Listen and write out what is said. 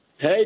Hey